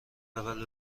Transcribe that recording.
اول